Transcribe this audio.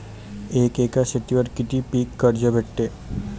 एक एकर शेतीवर किती पीक कर्ज भेटते?